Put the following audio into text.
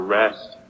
rest